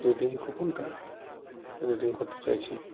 redeem কুপনটা redeem করতে চাইছি